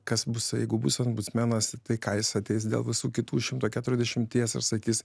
kas bus jeigu bus ombutcmenas tai ką jis ateis dėl visų kitų šimto keturiasdešimties ir sakys